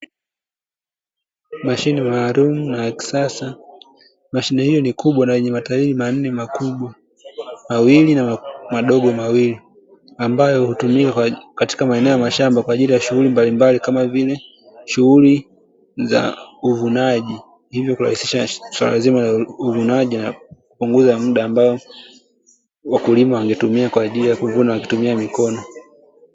Mashine maalumu na kisasa, mashine hiyo ni kubwa na yenye matairi manne makubwa mawili na madogo mawili ambayo hutumia katika maeneo ya mashamba kwa ajili ya shughuli mbalimbali kama vile shughuli za uvunaji hivyo kurahisisha swala zima la uvunaji na kupunguza muda ambao wakulima wangetumia kwa ajili ya kuvuna wakitumia mikono.